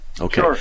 Okay